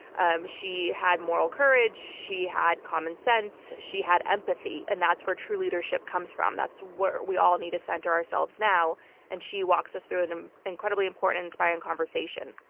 um she had moral courage. she had common sense. she had empathy and that's where true leadership comes from. that's where we all need to center ourselves now and she walks us through an incredibly important inspiring conversation.